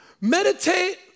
Meditate